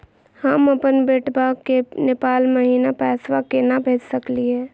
हम अपन बेटवा के नेपाल महिना पैसवा केना भेज सकली हे?